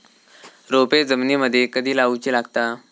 रोपे जमिनीमदि कधी लाऊची लागता?